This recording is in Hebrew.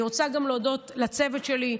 אני רוצה גם להודות לצוות שלי,